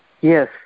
Yes